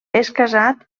casat